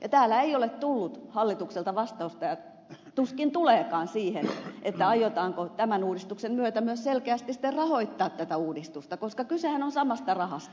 täällä ei ole tullut hallitukselta vastausta ja tuskin tuleekaan siihen aiotaanko tämän uudistuksen myötä myös selkeästi sitten rahoittaa tätä uudistusta koska kysehän on samasta rahasta